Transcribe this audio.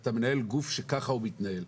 אתה מנהל גוף שכך הוא מתנהל,